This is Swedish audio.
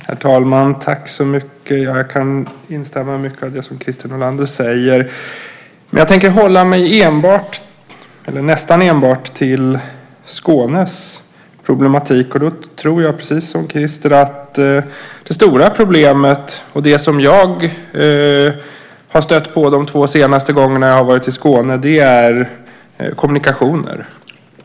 Herr talman! Jag kan instämma i mycket av det som Christer Nylander säger. Men jag tänker hålla mig nästan enbart till Skånes problematik. Då tror jag precis som Christer att det stora problemet, och det som jag har stött på de två senaste gångerna jag har varit i Skåne, är kommunikationer.